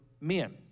men